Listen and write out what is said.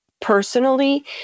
personally